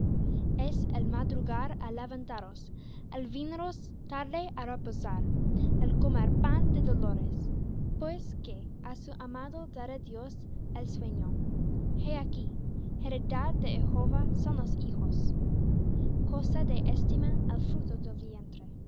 es el madrugar á levantaros el veniros tarde á reposar el comer pan de dolores pues que á su amado dará dios el sueño he aquí heredad de jehová son los hijos cosa de estima el fruto del vientre